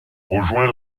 rejoint